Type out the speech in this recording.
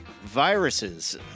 viruses